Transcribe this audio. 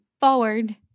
Forward